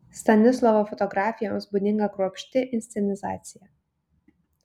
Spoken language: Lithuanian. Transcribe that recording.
stanislovo fotografijoms būdinga kruopšti inscenizacija